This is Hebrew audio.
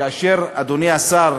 כאשר, אדוני השר,